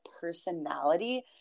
personality